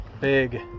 big